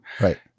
right